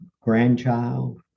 grandchild